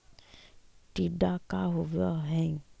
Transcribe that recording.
टीडा का होव हैं?